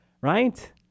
right